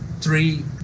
three